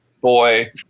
boy